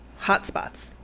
hotspots